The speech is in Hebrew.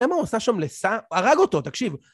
למה הוא עושה שם לסע? הרג אותו, תקשיב.